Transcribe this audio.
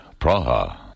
Praha